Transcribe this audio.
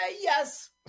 Yes